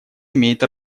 имеет